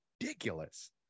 ridiculous